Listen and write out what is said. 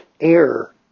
air